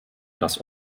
das